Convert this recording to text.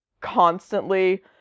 constantly